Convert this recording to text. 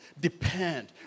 depend